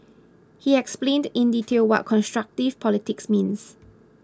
he explained in detail what constructive politics means